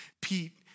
Pete